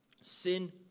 Sin